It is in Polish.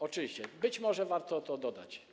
Oczywiście, być może warto to dodać.